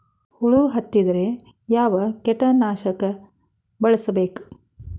ಹುಳು ಹತ್ತಿದ್ರೆ ಯಾವ ಕೇಟನಾಶಕ ಬಳಸಬೇಕ?